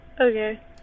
Okay